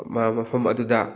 ꯃꯐꯝ ꯑꯗꯨꯗ